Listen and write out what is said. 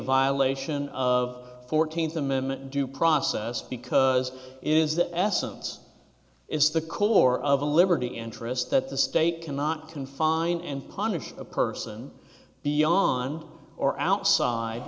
violation of the fourteenth amendment due process because it is the essence is the core of the liberty interest that the state cannot confine and punish a person beyond or outside